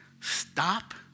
stop